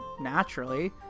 naturally